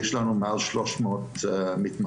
יש כאן כמה בעיות מאוד מהותיות.